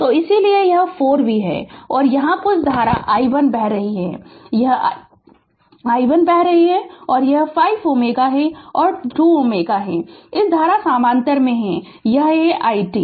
तो इसीलिए यह 4 V है और यहाँ कुछ धारा i 1 बह रही है i 1 बह रही है और यह 5 Ω और 2 Ω इस धारा में समानांतर में हैं यह है i t